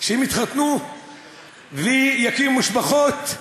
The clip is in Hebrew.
שהם יתחתנו ויקימו משפחות,